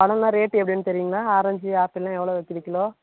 பழலாம் rate எப்படின்னு தெரியுங்களா orange ஆப்பிள்லாம் எவ்வளோ விற்கிது கிலோ